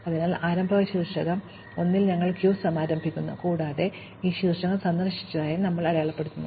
അതിനാൽ ആരംഭ ശീർഷകം 1 ലഭിക്കാൻ ഞങ്ങൾ ക്യൂ സമാരംഭിക്കുന്നു കൂടാതെ ഈ ശീർഷകം സന്ദർശിച്ചതായും ഞങ്ങൾ അടയാളപ്പെടുത്തുന്നു